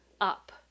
up